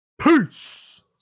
Peace